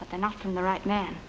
but they're not from the right man